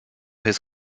his